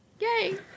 Yay